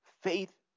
Faith